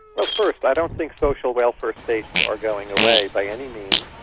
well, first i don't think social welfare states are going away by any means.